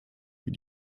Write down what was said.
wie